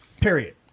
Period